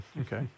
Okay